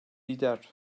lider